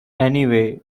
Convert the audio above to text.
anyway